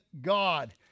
God